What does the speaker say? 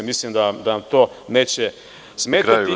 Mislim da vam to smetati.